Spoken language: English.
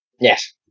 Yes